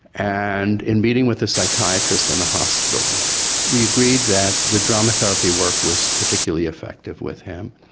and in meeting with the psychiatrist in a hospital we agreed that the drama therapy work was particularly effective with him.